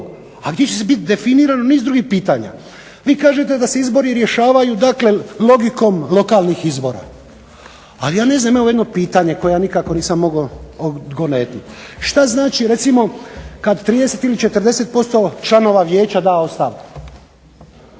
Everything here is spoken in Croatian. a gdje će biti definirano niz drugih pitanja. Vi kažete da se izbori rješavaju dakle logikom lokalnih izbora. Ali, ja ne znam, evo imam jedno pitanje koje ja nikako nisam mogao odgonetnuti. Što znači recimo kad 30 ili 40% članova vijeća da ostavku?